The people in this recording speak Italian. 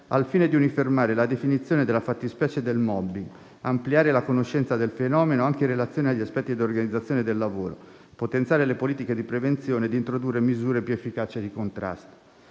al fine di uniformare la definizione della fattispecie del *mobbing*, ampliare la conoscenza del fenomeno, anche in relazione agli aspetti di organizzazione del lavoro, potenziare le politiche di prevenzione ed introdurre misure più efficaci di contrasto.